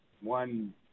one